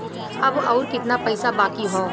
अब अउर कितना पईसा बाकी हव?